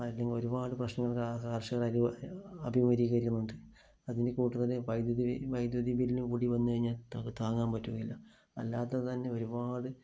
ഒരുപാട് പ്രശ്നങ്ങള് കര്ഷകര് അഭിമുഖീകരിക്കുന്നുണ്ട് അതിൻ്റെ കൂട്ടത്തില് വൈദ്യുതി വൈദ്യുതിബില്ലും കൂടി വന്നുകഴിഞ്ഞാല് താങ്ങാന് പറ്റുകയില്ല അല്ലാതെ തന്നെ ഒരുപാട്